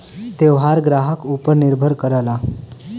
तोहार ग्राहक ऊपर निर्भर करला